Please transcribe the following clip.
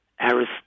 Aristotle